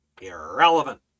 irrelevant